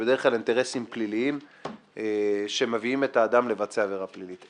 כשבדרך כלל הם אינטרסים פליליים שמביאים את האדם לבצע עבירה פלילית.